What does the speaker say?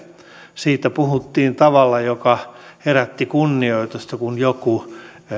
siitä puhuttiin tavalla joka herätti kunnioitusta kun joku